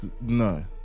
no